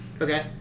Okay